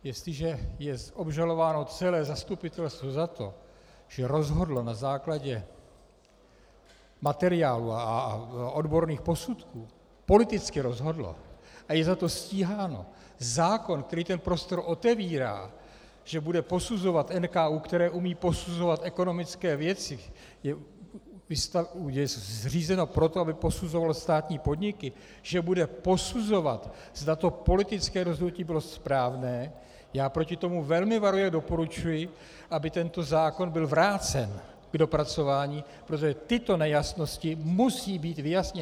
Jestliže je obžalováno celé zastupitelstvo za to, že rozhodlo na základě materiálů a odborných posudků, politicky rozhodlo, a je za to stíháno, zákon, který ten prostor otevírá, že bude posuzovat NKÚ, který umí posuzovat ekonomické věci, je zřízen pro to, aby posuzoval státní podniky, že bude posuzovat, zda to politické rozhodnutí bylo správné, já proti tomu velmi varuji a doporučuji, aby tento zákon byl vrácen k dopracování, protože tyto nejasnosti musí být vyjasněny.